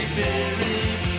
buried